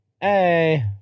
hey